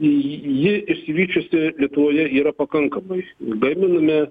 ji išsivysčiusi lietuvoje yra pakankamai gaminame